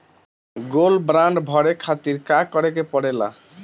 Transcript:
Gold bond भरे खातिर का करेके पड़ेला?